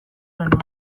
genuen